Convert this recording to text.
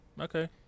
okay